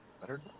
Better